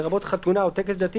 לרבות חתונה או טקס דתי,